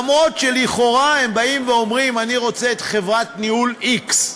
אף שלכאורה הם באים ואומרים: אני רוצה את חברת ניהול x.